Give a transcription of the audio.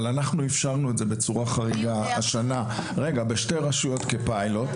אבל אנחנו אפשרנו את זה בצורה חריגה השנה בשתי רשויות כפיילוט.